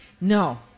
No